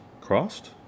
crossed